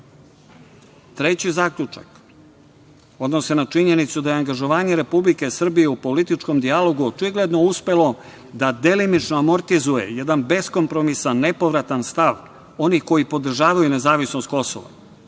zaključak odnosi se na činjenicu da je angažovanje Republike Srbije i političkom dijalogu očigledno uspelo da delimično amortizuje jedan beskompromisan, nepovratan stav onih koji podržavaju nezavisnost Kosova. Oni